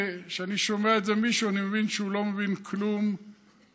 כשאני שומע את זה ממישהו אני מבין שהוא לא מבין כלום בעניין.